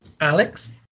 Alex